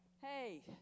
Hey